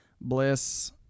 bliss